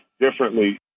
differently